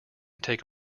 take